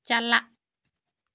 ᱪᱟᱞᱟᱜ